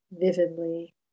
vividly